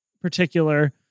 particular